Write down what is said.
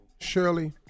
shirley